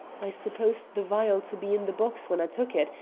i supposed the vial to be in the box when i took it,